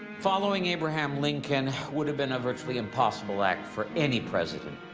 following abraham lincoln would have been a virtually impossible act for any president.